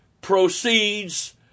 proceeds